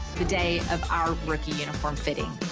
the day of our rookie uniform fitting.